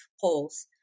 polls